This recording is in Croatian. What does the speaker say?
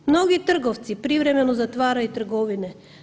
Mnogi trgovci privremeno zatvaraju trgovine.